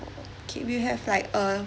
okay we have like a